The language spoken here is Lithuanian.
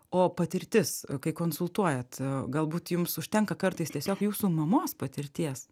o patirtis kai konsultuojat galbūt jums užtenka kartais tiesiog jūsų mamos patirties